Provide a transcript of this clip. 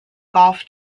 golf